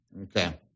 Okay